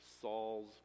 Saul's